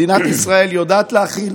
מדינת ישראל יודעת להכיל